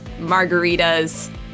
margaritas